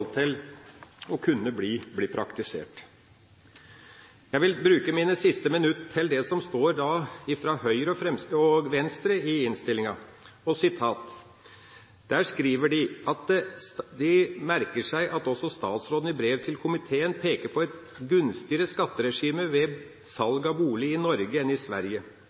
til bolig og fritidsbolig. Men sånn som forslaget her er, er ikke håndverks- og serviceoppdrag operasjonelt for å kunne bli praktisert. Jeg vil bruke mine siste minutter til det som står fra Høyre og Venstre i innstillinga. Der skriver de at de merker seg også at statsråden i brev til komiteen peker på et gunstigere skatteregime ved salg av bolig i Norge enn i Sverige.